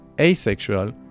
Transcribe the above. asexual